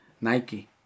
Nike